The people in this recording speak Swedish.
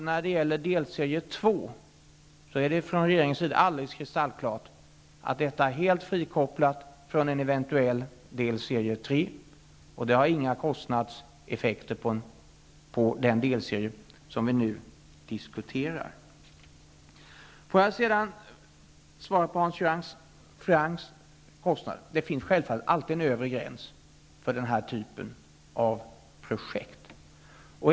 När det gäller delserie 2 kan jag försäkra Maj Britt Theorin att det är alldeles kristallklart från regeringens sida att detta är helt frikopplat från en eventuell delserie 3. Den har inga kostnadseffekter på den delserie som vi nu diskuterar. Låt mig sedan svara Hans Göran Franck angående kostnaderna. Det finns självfallet alltid en övre gräns för den här typen av projekt.